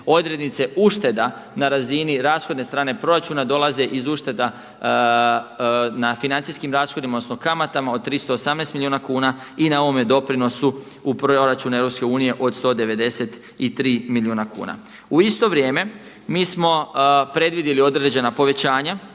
odrednice ušteda na razini rashodne strane proračuna dolaze iz ušteda na financijskim rashodima odnosno kamatama od 318 milijuna kuna i na ovome doprinosu u proračun EU od 193 milijuna kuna. U isto vrijeme mi smo predvidjeli određena povećanja